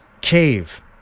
cave